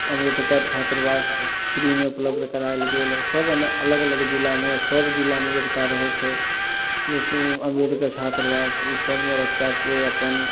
अम्बेडकर छात्रावास फ्रीमे उपलब्ध कराएल गेल सब एना अलग अलग जिलामे सब जिलामे एकटा रहै छै जे छै अम्बेडकर छात्रावास ओसबमे बच्चाकेँ अपन